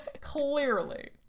Clearly